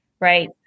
right